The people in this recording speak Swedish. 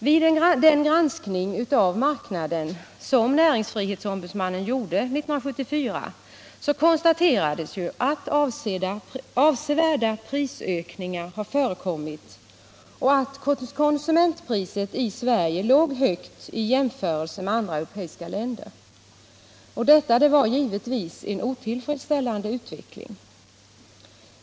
Vid en granskning av marknaden som näringsfrihetsombudsmannen gjorde 1974 konstaterades att avsevärda prisökningar förekommit och att konsumentpriset i Sverige låg högt i jämförelse med priserna i andra europeiska länder. Detta var givetvis en otillfredsställande utveckling.